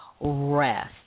rest